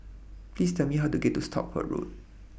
Please Tell Me How to get to Stockport Road